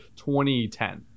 2010